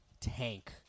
tank